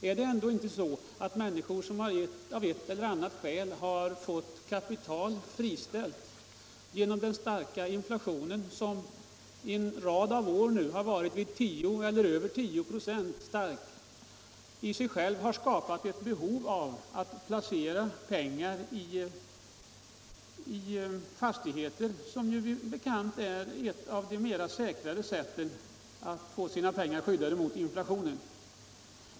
Är det inte så att denna inflation, som nu under en rad av år har uppgått till 10 96 eller mer, i sig själv för de människor som av ett eller annat skäl har fått kapital friställt har skapat ett behov av att placera pengar i fastigheter, vilket som bekant är ett av de säkrare sätten att få pengarna skyddade mot inflation?